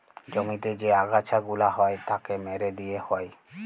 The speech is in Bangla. জমিতে যে আগাছা গুলা হ্যয় তাকে মেরে দিয়ে হ্য়য়